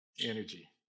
energy